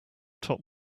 top